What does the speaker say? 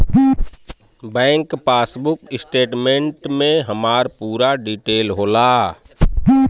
bank passbook statement में हमार पूरा डिटेल होला